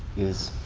is